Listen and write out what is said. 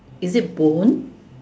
is it bone